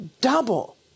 double